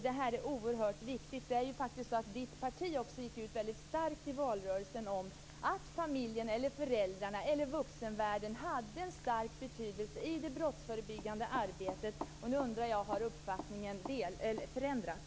Det här är oerhört viktigt. Kia Andreassons parti gick också ut väldigt starkt i valrörelsen med att familjen - eller föräldrarna, eller vuxenvärlden - hade en stark betydelse i det brottsförebyggande arbetet.